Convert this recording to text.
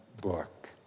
book